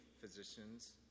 physicians